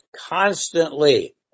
constantly